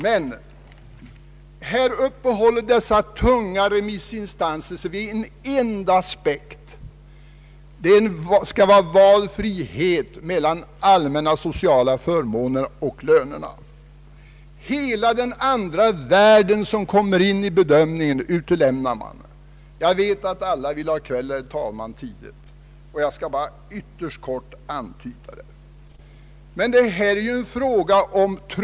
Här uppehåller sig dessa tunga remissinstanser vid en enda aspekt: det skall vara valfrihet mellan allmänna sociala förmåner och lönerna. Hela den andra världen, som måste komma in i bedömningen, utelämnas. Jag vet, herr talman, att alla vill ha kväll tidigt, jag skall bara ytterst kort antyda vad det här är fråga om.